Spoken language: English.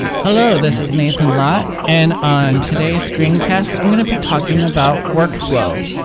hello this is nathan lott, and on today's screencast i'm going to be talking about workflow.